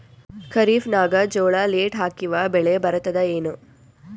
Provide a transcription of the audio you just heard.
ಖರೀಫ್ ನಾಗ ಜೋಳ ಲೇಟ್ ಹಾಕಿವ ಬೆಳೆ ಬರತದ ಏನು?